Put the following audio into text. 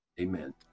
Amen